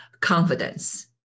confidence